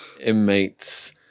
inmates